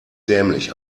dämlich